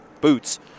boots